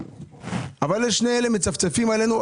אבל שני אלה מצפצפים עלינו.